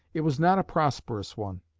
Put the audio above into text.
it was not a prosperous one.